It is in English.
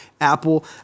Apple